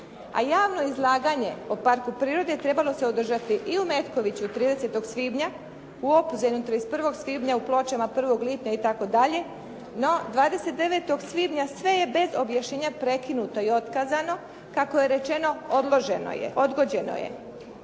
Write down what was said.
a javno izlaganje o parku prirode trebalo se održati i u Metkoviću 30. svibnja, u Opuzenu 31. svibnja, u Pločama 1. lipnja itd. No, 29. svibnja sve je bez objašnjenja prekinuto i otkazano kako je rečeno odgođeno je.